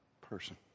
person